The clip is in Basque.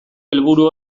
helburu